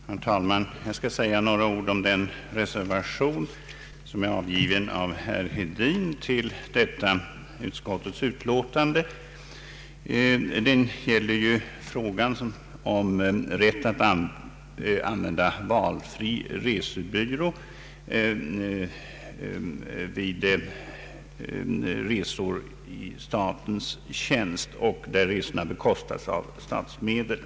Herr talman! Jag skall säga några ord om den reservation som avgivits av herr Hedin till detta utskottsutlåtande. Det gäller frågan om rätt att använda valfri resebyrå vid resor i statens tjänst och då resorna bekostas av statsmedel.